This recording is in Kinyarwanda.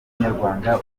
nyarwanda